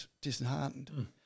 disheartened